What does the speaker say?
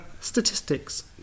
Statistics